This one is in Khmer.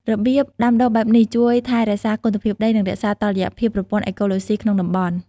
របៀបដាំដុះបែបនេះ ជួយថែរក្សាគុណភាពដី និងរក្សាតុល្យភាពប្រព័ន្ធអេកូឡូស៊ីក្នុងតំបន់។